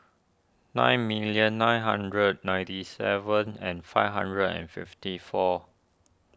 nine million nine hundred ninety seven and five hundred and fifty four